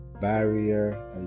barrier